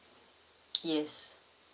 yes